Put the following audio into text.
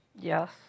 Yes